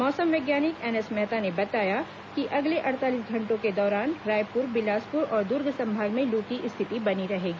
मौसम वैज्ञानी एनएस मेहता ने बताया कि अगले अड़तालीस घंटों के दौरान रायपुर बिलासपुर और दुर्ग संभाग में लू की स्थिति बनी रहेगी